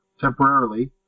temporarily